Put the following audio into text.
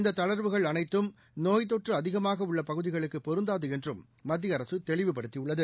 இந்த தளா்வுகள் அனைத்தும் நோய்த்தொற்று அதிகமாக உள்ள பகுதிகளுக்கு பொருந்தாது என்றும் மத்திய அரசு தெளிவுபடுத்தியுள்ளது